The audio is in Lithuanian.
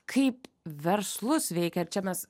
kaip verslus veikia ir čia mes